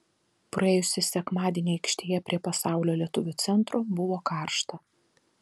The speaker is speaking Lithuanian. praėjusį sekmadienį aikštėje prie pasaulio lietuvių centro buvo karšta